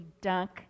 dunk